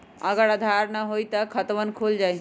अगर आधार न होई त खातवन खुल जाई?